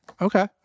Okay